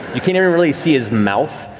you can't even really see his mouth.